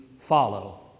follow